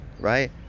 right